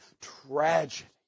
tragedy